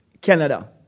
Canada